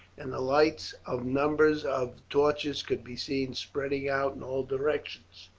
and the lights of numbers of torches could be seen spreading out in all directions.